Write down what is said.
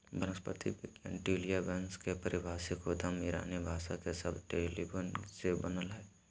वनस्पति विज्ञान ट्यूलिया वंश के पारिभाषिक उद्गम ईरानी भाषा के शब्द टोलीबन से बनल हई